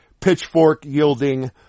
pitchfork-yielding